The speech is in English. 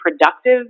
productive